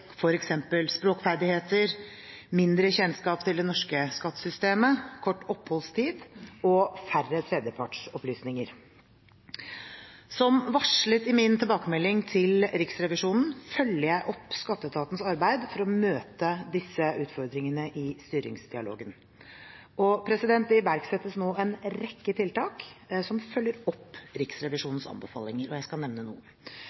språkferdigheter, mindre kjennskap til det norske skattesystemet, kort oppholdstid og færre tredjepartsopplysninger. Som varslet i min tilbakemelding til Riksrevisjonen følger jeg opp skatteetatens arbeid for å møte disse utfordringene i styringsdialogen. Det iverksettes nå en rekke tiltak som følger opp